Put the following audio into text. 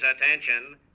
Attention